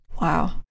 Wow